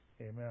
Amen